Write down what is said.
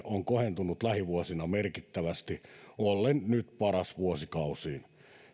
on kohentunut lähivuosina merkittävästi ollen nyt paras vuosikausiin